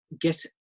get